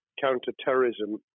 counter-terrorism